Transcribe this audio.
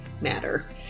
matter